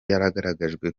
yaragerageje